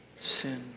sin